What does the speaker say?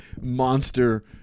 Monster